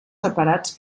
separats